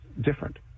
different